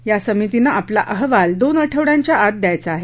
या समितीनं आपला अहवाल दोन आठवड्यांच्या आत द्यायचा आहे